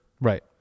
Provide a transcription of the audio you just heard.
Right